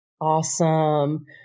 Awesome